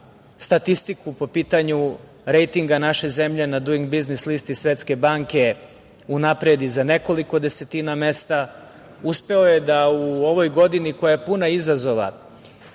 statistiku po pitanju rejtinga naše zemlje na Duing biznis listi Svetske banke unapredi za nekoliko desetina mesta, uspeo je da u ovoj godini koja je puna izazova,